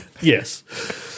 Yes